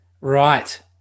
Right